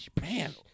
Man